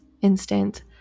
instant